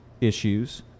issues